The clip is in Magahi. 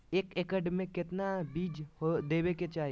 एक एकड़ मे केतना बीज देवे के चाहि?